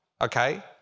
okay